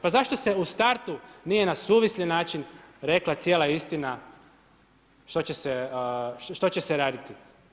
Pa zašto se u startu nije na suvisli način rekla cijela istina što će se raditi.